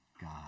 God